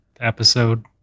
Episode